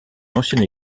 ancienne